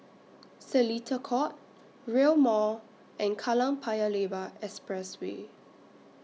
Seletar Court Rail Mall and Kallang Paya Lebar Expressway